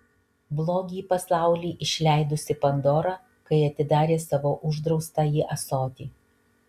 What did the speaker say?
blogį į pasaulį išleidusi pandora kai atidarė savo uždraustąjį ąsotį